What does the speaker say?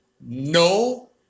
No